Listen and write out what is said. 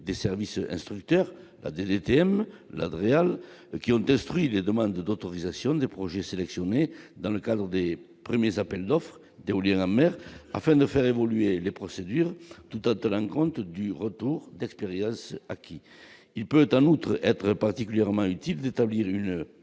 des services instructeurs des les thèmes, la Dreal qui ont instruit les demandes d'autorisation des projets sélectionnés dans le d'premiers appels d'offres d'éoliennes en mer afin de faire évoluer les procédures de Total en compte du retour d'expérience, à qui il peut être un autre être particulièrement utile d'établir une